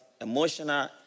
emotional